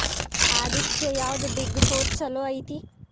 ಆಡಿಟ್ಗೆ ಯಾವ್ದ್ big four ಚಲೊಐತಿ?